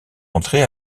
entré